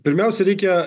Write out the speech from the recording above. pirmiausia reikia